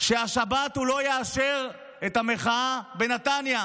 שהשבת הוא לא יאשר את המחאה בנתניה.